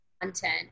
content